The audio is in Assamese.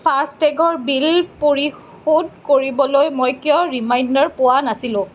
ফাষ্টেগৰ বিল পৰিশোধ কৰিবলৈ মই কিয় ৰিমাইণ্ডাৰ পোৱা নাছিলোঁ